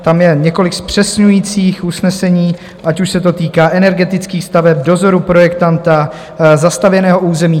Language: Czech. Tam je několik zpřesňujících usnesení, ať už se to týká energetických staveb, dozoru projektanta, zastavěného území.